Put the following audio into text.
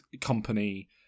company